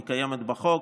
היא קיימת בחוק,